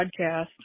podcast